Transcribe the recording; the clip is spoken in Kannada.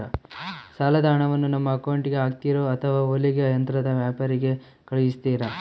ಸಾಲದ ಹಣವನ್ನು ನಮ್ಮ ಅಕೌಂಟಿಗೆ ಹಾಕ್ತಿರೋ ಅಥವಾ ಹೊಲಿಗೆ ಯಂತ್ರದ ವ್ಯಾಪಾರಿಗೆ ಕಳಿಸ್ತಿರಾ?